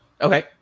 Okay